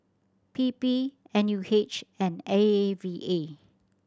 P P N U H and A A V A